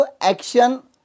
action